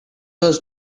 was